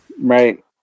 Right